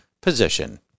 position